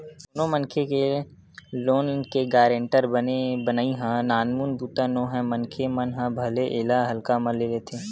कोनो मनखे के लोन के गारेंटर बनई ह नानमुन बूता नोहय मनखे मन ह भले एला हल्का म ले लेथे